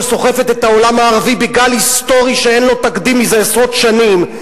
שסוחפת את העולם הערבי בגל היסטורי שאין לו תקדים זה עשרות שנים,